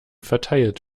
verteilt